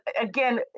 again